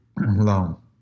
long